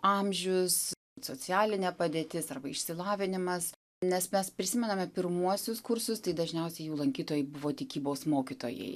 amžius socialinė padėtis arba išsilavinimas nes mes prisimename pirmuosius kursus tai dažniausiai jų lankytojai buvo tikybos mokytojai